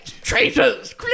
traitors